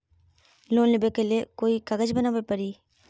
Loan लेबे ले कोई कागज बनाने परी?